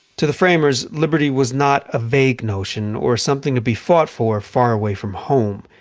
to the framers, liberty was not a vague notion or something to be fought for far away from home.